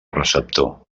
receptor